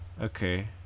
Okay